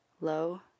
Low